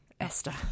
Esther